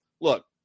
look